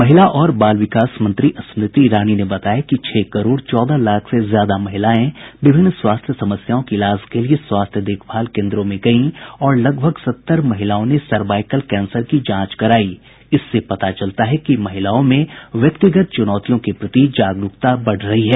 महिला और बाल विकास मंत्री स्मृति ईरानी ने बताया कि छह करोड़ चौदह लाख से ज्यादा महिलाएं विभिन्न स्वास्थ्य समस्याओं के ईलाज के लिए स्वास्थ्य देखभाल केन्द्रों में गईं और लगभग सत्तर महिलाओं ने सर्वाइकल कैंसर की जांच कराई इससे पता चलता है कि महिलाओ में व्यक्तिगत चुनौतियों के प्रति जागरूकता बढ़ रही है